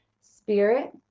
spirit